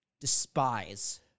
despise